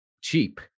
cheap